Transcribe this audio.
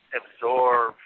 absorb